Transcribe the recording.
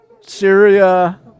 Syria